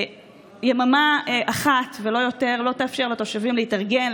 יממה אחת ולא יותר לא תאפשר לתושבים להתארגן,